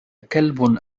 كلب